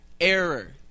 error